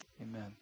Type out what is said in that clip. Amen